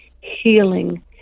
healing